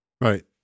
right